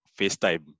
FaceTime